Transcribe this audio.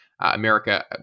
America